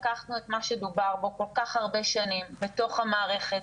לקחנו את מה שדובר בו כל כך הרבה שנים בתוך המערכת,